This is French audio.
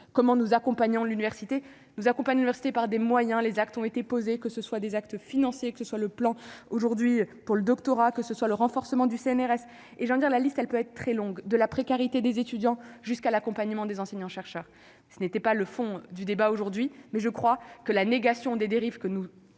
comment nous accompagnons l'université nous accompagne, diversité, par des moyens, les actes ont été posées, que ce soit des actes financiers qui soit le plan aujourd'hui pour le doctorat, que ce soit le renforcement du CNRS et j'allais dire la liste, elle peut être très longue de la précarité des étudiants jusqu'à l'accompagnement des enseignants chercheurs, ce n'était pas le fond du débat aujourd'hui, mais je crois que la négation des dérives que nous